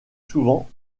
souvent